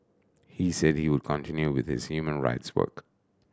he said he would continue with his human rights work